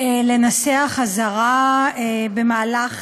לנסח אזהרה בעת